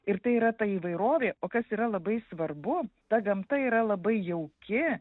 ir tai yra ta įvairovė o kas yra labai svarbu ta gamta yra labai jauki